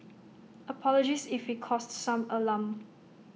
apologies if we caused some alarm